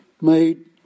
made